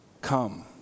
come